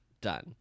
done